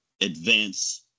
advance